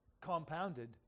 compounded